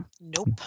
Nope